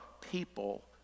people